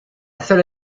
seule